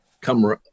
Come